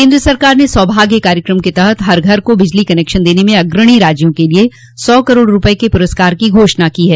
केन्द्र सरकार ने सौभाग्य कार्यक्रम के तहत हर घर को बिजली कनेक्शन देने में अग्रणी राज्यों के लिए सौ करोड़ रुपये के पुरस्कार की घोषणा की है